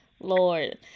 lord